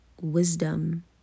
wisdom